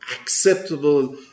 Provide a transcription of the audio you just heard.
acceptable